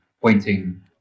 pointing